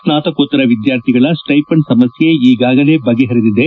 ಸ್ನಾತಕೋತ್ತರ ವಿದ್ಯಾರ್ಥಿಗಳ ಸ್ವೈಪಂಡ್ ಸಮಸ್ಕೆ ಈಗಾಗಲೇ ಬಗೆಹರಿದಿದೆ